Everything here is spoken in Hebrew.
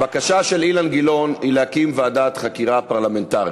הבקשה של אילן גילאון היא להקים ועדת חקירה פרלמנטרית.